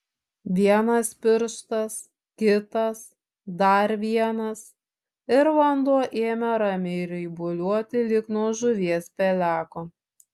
vienas pirštas kitas dar vienas ir vanduo ėmė ramiai raibuliuoti lyg nuo žuvies peleko